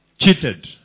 cheated